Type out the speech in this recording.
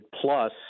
plus